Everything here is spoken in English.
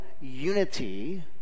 unity